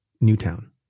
Newtown